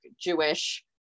Jewish